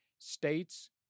States